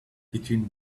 between